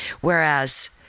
Whereas